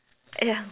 ya